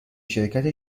شرکت